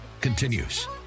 continues